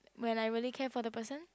when I really care for the person